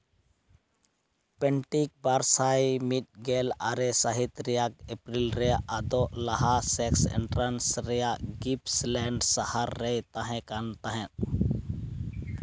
ᱯᱮᱱᱴᱤᱠ ᱵᱟᱨᱥᱟᱭ ᱢᱤᱫ ᱜᱮᱞ ᱟᱨᱮ ᱥᱟᱹᱦᱤᱛ ᱨᱮᱭᱟᱜᱽ ᱮᱯᱨᱤᱞ ᱨᱮ ᱟᱫᱚᱜ ᱞᱟᱦᱟ ᱥᱮᱠᱥ ᱮᱱᱴᱨᱟᱱᱥ ᱨᱮᱭᱟᱜ ᱠᱤᱯᱥ ᱞᱮᱱᱰ ᱥᱟᱦᱟᱨ ᱨᱮᱭ ᱛᱟᱦᱮᱸ ᱠᱟᱱ ᱛᱟᱦᱮᱸᱫ